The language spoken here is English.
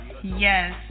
Yes